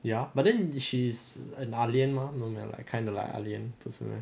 ya but then if she is an ah lian mah like no meh kind of like ah lian 不是 meh